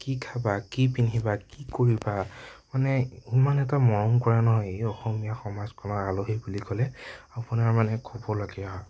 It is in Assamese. কি খাবা কি পিন্ধিবা কি কৰিবা মানে ইমান এটা মৰম কৰে নহয় এই অসমীয়া সমাজখনত আলহী বুলি ক'লে আপোনাৰ মানে ক'ব লাগে আও